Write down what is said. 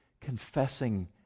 confessing